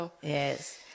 Yes